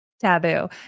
Taboo